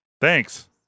Thanks